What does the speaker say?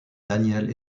daniel